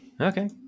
Okay